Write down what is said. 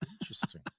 Interesting